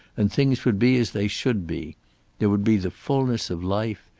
and things would be as they should be there would be the fullness of life,